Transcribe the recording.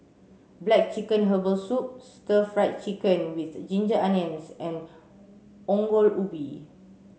black chicken herbal soup stir fried chicken with ginger onions and Ongol Ubi